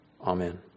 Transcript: amen